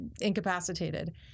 incapacitated